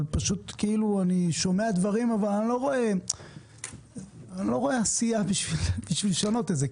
אבל אני שומע דברים ואני לא רואה עשייה בשביל לשנות את זה.